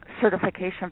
certification